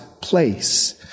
place